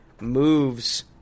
moves